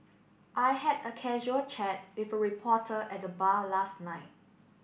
I had a casual chat with a reporter at the bar last night